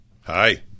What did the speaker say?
Hi